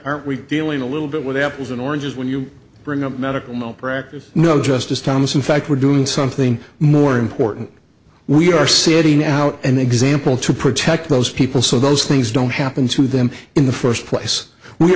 aren't we dealing a little bit with apples and oranges when you bring up medical malpractise no justice thomas in fact we're doing something more important we are setting out and example to protect those people so those things don't happen to them in the first place we